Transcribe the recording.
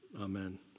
amen